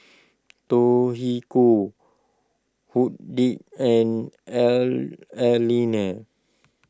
Judyth and Erlene